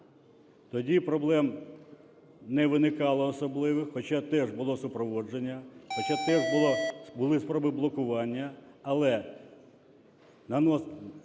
Тоді проблем не виникало особливих, хоча теж було супроводження, хоча теж були спроби блокування, але на ніс